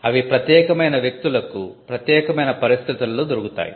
అవి ప్రత్యేకమైన వ్యక్తులకు ప్రత్యేకమైన పరిస్థితులలో దొరుకుతాయి